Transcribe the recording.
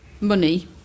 money